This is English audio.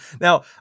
Now